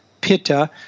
pitta